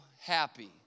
happy